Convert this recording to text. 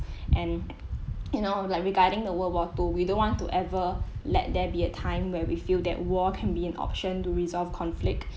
and you know like regarding the world war two we don't want to ever let there be a time where we feel that war can be an option to resolve conflict